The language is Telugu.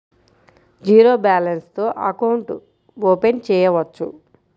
జీరో బాలన్స్ తో అకౌంట్ ఓపెన్ చేయవచ్చు?